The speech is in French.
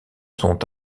sont